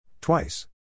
Twice